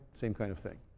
same kind of thing.